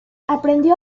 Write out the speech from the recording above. aprendió